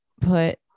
put